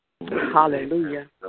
hallelujah